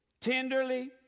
tenderly